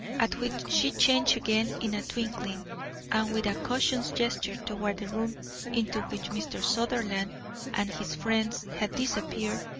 at which she changed again in a twinkling, and with a cautious gesture toward the room into which mr. sutherland and his friends had disappeared,